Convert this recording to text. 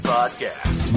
Podcast